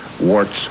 warts